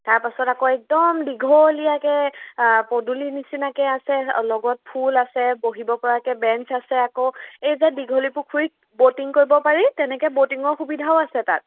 তাৰপাছত আকৌ একদম দীঘলীয়াকৈ পদূলি নিচিনাকৈ আছে লগত ফুল আছে বহিব পৰাকে বেঞ্চ আছে আকৌ এই যে দীঘলী পুখুৰীত ব'টিং কৰিব পাৰি তেনেকৈ ব'টিঙৰ সুবিধাও আছে তাত